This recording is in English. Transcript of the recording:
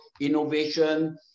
innovation